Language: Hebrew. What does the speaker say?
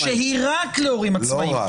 לא, שהיא רק להורים עצמאיים.